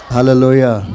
Hallelujah